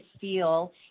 feel